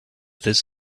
this